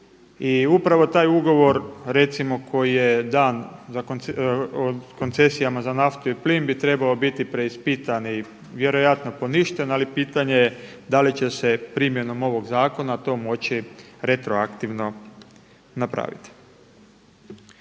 I upravo taj ugovor recimo koji je dan koncesijama za naftu i plin bi trebao biti preispitan i vjerojatno poništen ali pitanje je da li će se primjenom ovog zakona to moći retroaktivno napraviti.